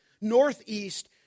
northeast